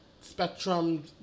spectrum